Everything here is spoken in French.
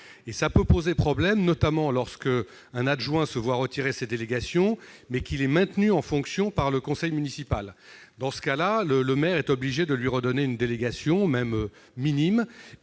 Cela peut poser problème, notamment lorsqu'un adjoint se voit retirer ses délégations tout en étant maintenu en fonctions par le conseil municipal. Dans ce cas-là, le maire est obligé de lui redonner une délégation, même minime.